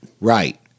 Right